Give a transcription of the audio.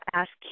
ask